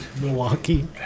Milwaukee